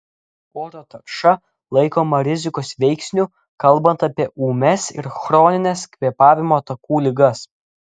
oro tarša laikoma rizikos veiksniu kalbant apie ūmias ir chronines kvėpavimo takų ligas